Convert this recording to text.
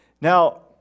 now